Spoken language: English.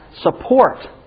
support